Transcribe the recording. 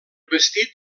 vestit